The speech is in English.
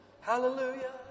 Hallelujah